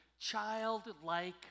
childlike